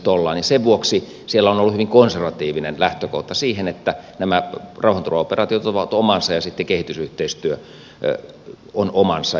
sen vuoksi siellä on ollut hyvin konservatiivinen lähtökohta siihen että nämä rauhanturvaoperaatiot ovat omansa ja sitten kehitysyhteistyö on omansa